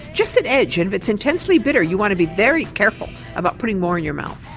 just an edge, and if it's intensely bitter you want to be very careful about putting more in your mouth.